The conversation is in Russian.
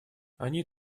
они